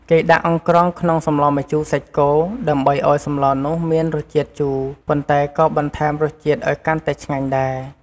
គេដាក់អង្ក្រងក្នុងសម្លម្ជូរសាច់គោដើម្បីឱ្យសម្លនោះមានរសជាតិជូរ ប៉ុន្តែក៏បន្ថែមរសជាតិឱ្យកាន់តែឆ្ងាញ់ដែរ។